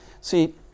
see